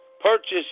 purchase